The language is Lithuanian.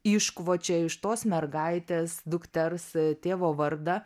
iškvočia iš tos mergaitės dukters tėvo vardą